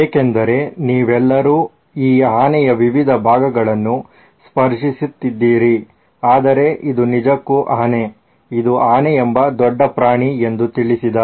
ಏಕೆಂದರೆ ನೀವೆಲ್ಲರೂ ಈ ಆನೆಯ ವಿವಿಧ ಭಾಗಗಳನ್ನು ಸ್ಪರ್ಶಿಸುತ್ತಿದ್ದೀರಿ ಆದರೆ ಇದು ನಿಜಕ್ಕೂ ಆನೆ ಇದು ಆನೆ ಎಂಬ ದೊಡ್ಡ ಪ್ರಾಣಿ ಎಂದು ತಿಳಿಸಿದ